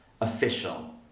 official